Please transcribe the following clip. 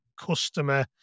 customer